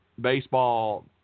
baseball